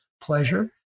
pleasure